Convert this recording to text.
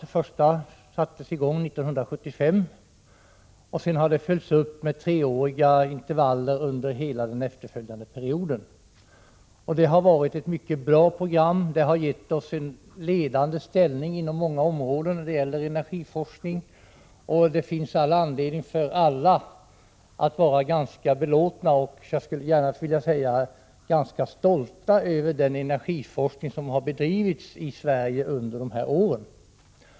Det första projektet sattes i gång 1975, och sedan har det skett uppföljningar med treåriga intervaller under hela den efterföljande perioden. Det har varit ett mycket bra program, som gett oss en ledande ställning på många områden när det gäller energiforskning. Det finns all anledning för alla att vara ganska belåtna och — skulle jag gärna vilja säga — ganska stolta över den energiforskning som har bedrivits i Sverige under de här åren.